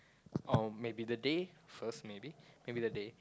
or maybe the day first maybe maybe the day